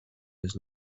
his